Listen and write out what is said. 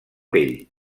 pell